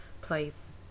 place